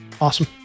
Awesome